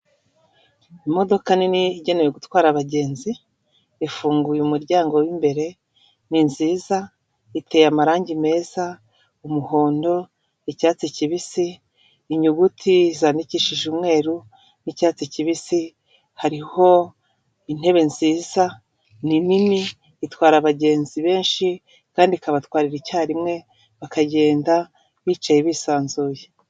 Imodoka nini igenewe gutwara abagenzi, ifunguye umuryango w'imbere, ni nziza iteye amarangi meza, umuhondo, icyatsi kibisi, inyuguti zandikishije umweru n'icyatsi kibisi, hariho intebe nziza, ni nini itwara abagenzi benshi kandi ikabatwa icyarimwe bakagenda bicaye bisanzuye.